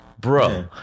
Bro